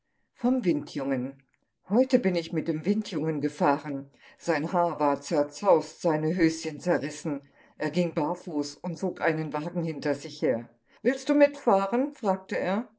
vom windjungen heute bin ich mit dem windjungen gefahren sein haar war zerzaust seine höschen zerrissen er ging barfuß und zog einen wagen hinter sich her willst du mitfahren fragte er